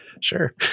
sure